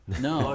no